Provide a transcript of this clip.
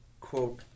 quote